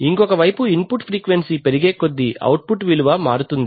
ఇంకొక వైపు input frequency పెరిగేకొద్దీ అవుట్పుట్ విలువ మారుతుంది